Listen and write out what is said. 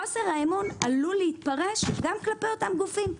חוסר האמון עלול להתפרש גם כלפי אותם גופים.